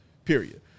Period